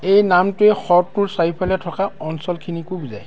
এই নামটোৱে হ্ৰদটোৰ চাৰিওফালে থকা অঞ্চলখিনিকো বুজায়